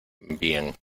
bien